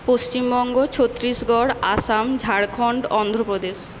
Paschimbanga Chhattisgarh Assam Jharkhand Andhra Pradesh